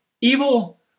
Evil